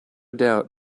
doubt